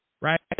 right